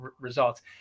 results